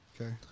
Okay